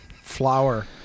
flower